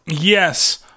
Yes